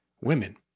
Women